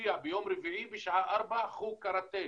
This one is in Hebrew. מופיע ביום רביעי בשעה ארבע בחוג לקרטה.